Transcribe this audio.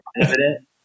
evident